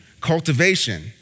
cultivation